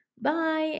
Bye